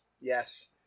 yes